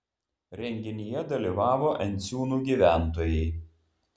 renginyje dalyvavo enciūnų gyventojai